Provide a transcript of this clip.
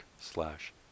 slash